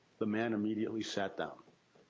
the man immediately sat down.